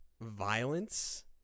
violence